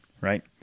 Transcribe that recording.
right